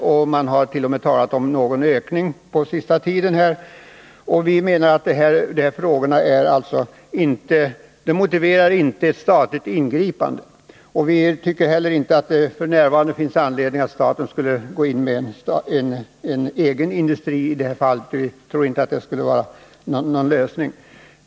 Det har t.o.m. talats om någon ökning på senaste tiden, och vi menar att ett statligt ingripande inte är motiverat. Vi tycker heller inte att det finns anledning att staten skulle gå in med en egen industri. Vi tror inte att det skulle vara någon lösning.